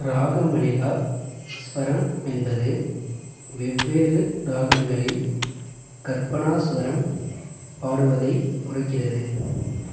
ராகமளிகா சுவரம் என்பது வெவ்வேறு ராகங்களில் கற்பனாசுவரம் பாடுவதைக் குறிக்கிறது